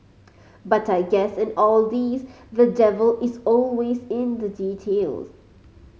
but I guess in all this the devil is always in the details